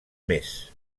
més